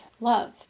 love